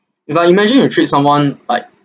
is like imagine you treat someone like